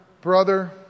brother